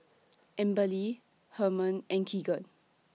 Amberly Herman and Keegan